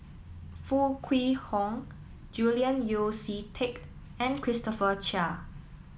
Foo Kwee Horng Julian Yeo See Teck and Christopher Chia